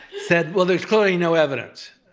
said, well there's clearly no evidence.